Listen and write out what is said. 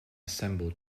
assemble